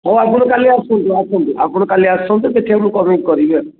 ହଁ ଆପଣ କାଲି ଆସନ୍ତୁ ଆସନ୍ତୁ ଆପଣ କାଲି ଆସନ୍ତୁ ଦେଖିବା ମୁଁ କମେଇକି କରିବି